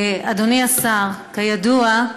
אדוני השר, כידוע,